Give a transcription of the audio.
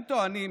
הם טוענים,